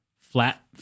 flat